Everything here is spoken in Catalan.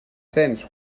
cents